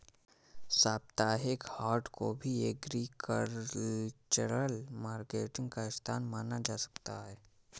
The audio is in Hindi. साप्ताहिक हाट को भी एग्रीकल्चरल मार्केटिंग का स्थान माना जा सकता है